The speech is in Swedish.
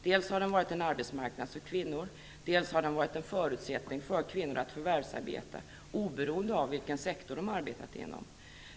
Dels har den varit en arbetsmarknad för kvinnor, dels har den varit en förutsättning för kvinnor att förvärvsarbeta, oberoende av vilken sektor de har arbetat inom.